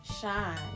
shine